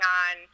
on